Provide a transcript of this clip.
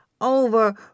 over